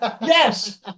Yes